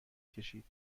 کشید